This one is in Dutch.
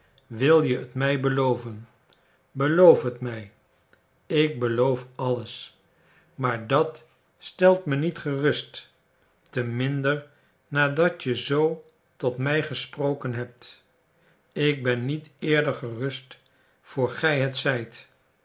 wil je t mij belooven beloof het mij ik beloof alles maar dat stelt me niet gerust te minder nadat je zoo tot mij gesproken hebt ik ben niet eerder gerust voor gij het zijt